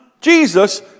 Jesus